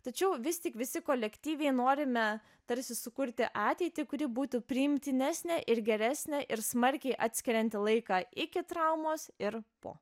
tačiau vis tik visi kolektyviai norime tarsi sukurti ateitį kuri būtų priimtinesnė ir geresnė ir smarkiai atskirianti laiką iki traumos ir po